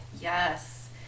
Yes